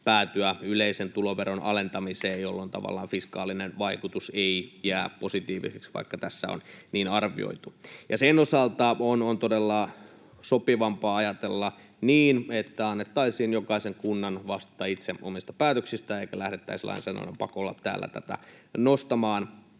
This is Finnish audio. päätyä yleisen tuloveron alentamiseen, jolloin tavallaan fiskaalinen vaikutus ei jää positiiviseksi, vaikka tässä on niin arvioitu. Ja sen osalta on todella sopivampaa ajatella niin, että annettaisiin jokaisen kunnan vastata itse omista päätöksistään eikä lähdettäisi lainsäädännön pakolla täällä tätä nostamaan,